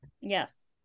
yes